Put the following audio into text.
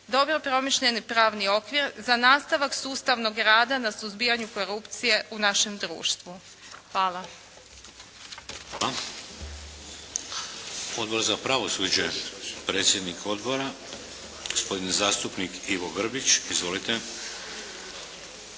dobro promišljeni pravni okvir za nastavak sustavnog rada na suzbijanju korupcije u našem društvu. Hvala. **Šeks, Vladimir (HDZ)** Hvala. Odbor za pravosuđe, predsjednik odbora gospodin zastupnik Ivo Grbić. Izvolite.